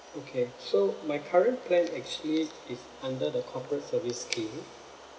okay so my current plan actually is under the corporate service scheme